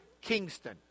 Kingston